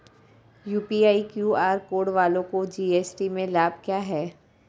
UPI QR code वालों को GST में लाभ क्या है?